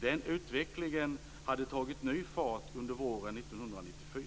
Den utvecklingen hade tagit ny fart under våren 1994.